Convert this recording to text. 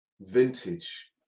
vintage